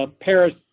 Paris